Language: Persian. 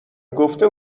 گفته